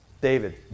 David